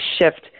shift